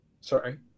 Sorry